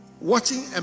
watching